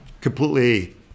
completely